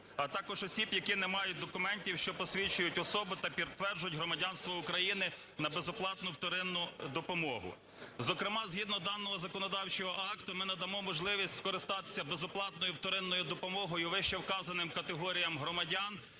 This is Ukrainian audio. а також осіб, які не мають документів, що посвідчують особу та підтверджують громадянство України на безоплатну вторинну допомогу. Зокрема, згідно даного законодавчого акта ми надамо можливість скористатися безоплатною вторинною допомогою вищевказаним категоріям громадян,